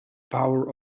power